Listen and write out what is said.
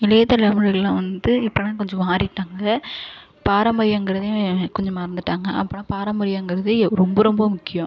இளைய தலைமுறைலாம் வந்து இப்போலாம் கொஞ்சம் மாறிவிட்டாங்க பாரம்பரியங்கிறதே கொஞ்சம் மறந்துவிட்டாங்க அப்புறம் பாரம்பரியங்கிறதே ரொம்ப ரொம்ப முக்கியம்